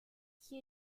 qui